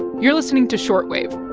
you're listening to short wave.